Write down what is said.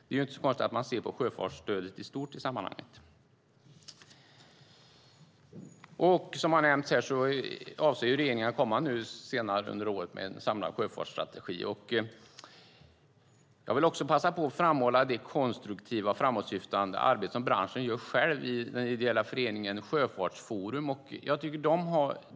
Det är inte så konstigt att man ser på sjöfartsstödet i stort i sammanhanget. Som har nämnts här avser regeringen att senare under året komma med en samlad sjöfartsstrategi. Jag vill också passa på att framhålla det konstruktiva och framåtsyftande arbete som branschen själv gör i den ideella föreningen Sjöfartsforum.